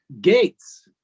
gates